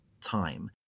time